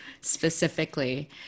specifically